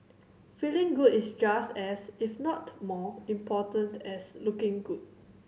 feeling good is just as if not more important as looking good